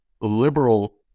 liberal